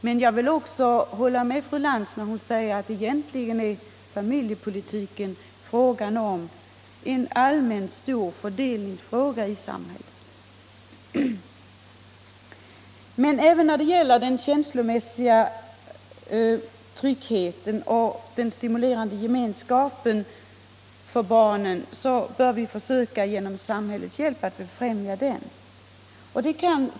Men jag vill också hålla med fru Lantz, när hon säger att egentligen handlar familjepolitiken om en allmän stor fördelningsfråga. Även den känslomässiga tryggheten och den stimulerande gemenskapen bör vi försöka främja genom samhällets medverkan.